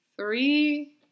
three